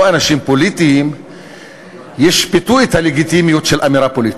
לא אנשים פוליטיים ישפטו את הלגיטימיות של אמירה פוליטית.